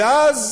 ואז